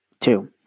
Two